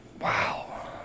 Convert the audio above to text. Wow